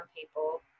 people